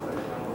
126),